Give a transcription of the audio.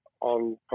on